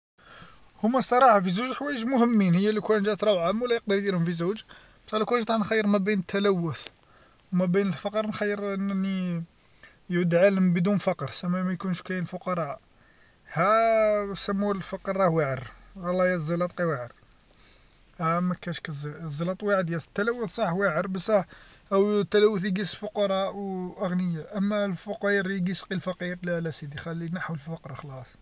هوما صراحه في زوج حوايج مهمين هي لو كان جات روعه مولاي يقدر يديرهم في زوج أنا كان جيت نخير ما بين التلوث وما بين الفقر نخير أنني يدعى بدون فقر سما ما يكونش كاين فقراء ها سموه الفقر راه واعر و الله لا الزلط لا واعر ها ما كانش كي الزلط زلط واعر تلوث صح واعر بصح او تلوث يقيس فقراء وأغنياء أما الفقر. يقيس غير الفقير لا لا ا سيدي خليه نحو الفقر خلاص.